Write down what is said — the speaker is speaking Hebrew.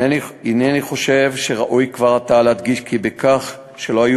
הנני חושב שראוי כבר עתה להדגיש כי בכך שלא היו